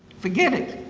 forget it.